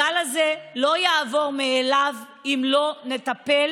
הגל הזה לא יעבור מאליו אם לא נטפל